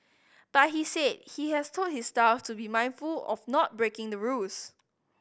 but he said he has told his staff to be mindful of not breaking the rules